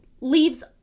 leaves